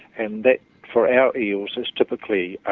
and that, for our eels, is typically